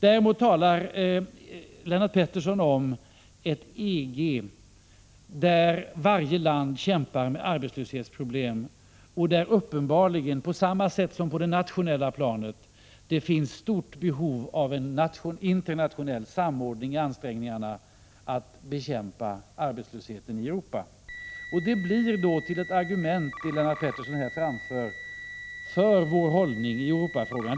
Däremot talar Lennart Pettersson om ett EG där varje land kämpar med arbetslöshetsproblem och där det uppenbarligen, på samma sätt som på det nationella planet, finns stort behov av en internationell samordning i ansträngningarna att bekämpa arbetslösheten i Europa. Det Lennart Pettersson här framför blir till ett argument för vår hållning i Europafrågan.